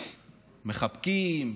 מחבקים,